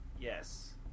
Yes